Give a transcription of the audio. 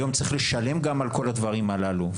היום גם צריך לשלם על כל הדברים הללו.